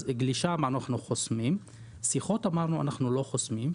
גלישה אמרנו שאנחנו חוסמים.